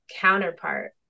counterpart